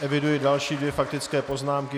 Eviduji další dvě faktické poznámky.